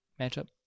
matchup